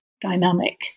dynamic